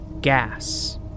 Gas